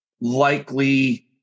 likely